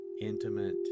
intimate